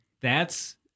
That's-